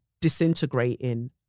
disintegrating